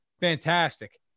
Fantastic